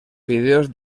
fideos